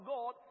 God